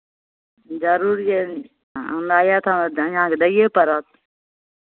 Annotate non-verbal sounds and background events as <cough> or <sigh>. जरूरिए <unintelligible> अहाँकेँ दैए पड़त